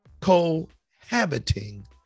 cohabiting